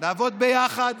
נעבוד ביחד,